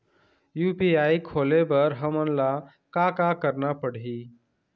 UPI खोले बर हमन ला का का करना पड़ही?